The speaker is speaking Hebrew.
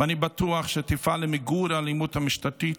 ואני בטוח שתפעל למיגור האלימות המשטרתית